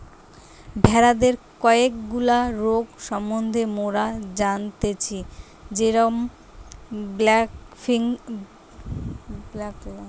ভেড়াদের কয়েকগুলা রোগ সম্বন্ধে মোরা জানতেচ্ছি যেরম ব্র্যাক্সি, ব্ল্যাক লেগ ইত্যাদি